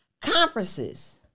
conferences